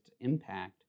impact